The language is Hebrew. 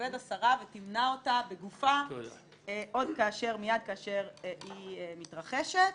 תתכבד השרה ותמנע אותה בגופה מיד כאשר היא מתרחשת.